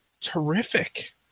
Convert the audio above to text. terrific